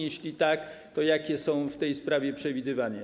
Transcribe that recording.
Jeśli tak, to jakie są w tej sprawie przywidywania?